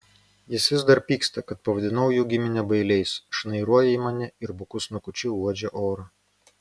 jis vis dar pyksta kad pavadinau jų giminę bailiais šnairuoja į mane ir buku snukučiu uodžia orą